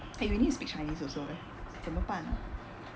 eh we need to speak chinese also eh 怎么办 ah